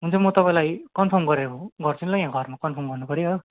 हुन्छ म तपाईँलाई कन्फर्म गरेर गर्छु नि ल यहाँ घरमा कन्फर्म गर्नुपऱ्यो हो